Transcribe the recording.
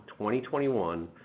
2021